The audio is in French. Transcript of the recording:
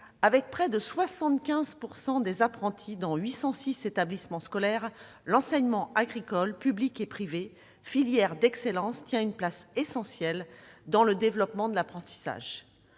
Avec près de 75 % des apprentis dans 806 établissements scolaires, l'enseignement agricole public et privé, filière d'excellence, tient une place essentielle dans le développement de l'apprentissage.